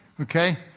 okay